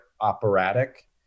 operatic